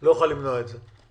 לא יוכל למנוע את זה.